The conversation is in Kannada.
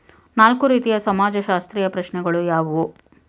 ನಾಲ್ಕು ರೀತಿಯ ಸಮಾಜಶಾಸ್ತ್ರೀಯ ಪ್ರಶ್ನೆಗಳು ಯಾವುವು?